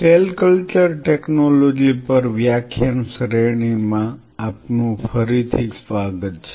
cell culture technology પર ના વ્યાખ્યાન શ્રેણીમાં આપનું ફરી સ્વાગત છે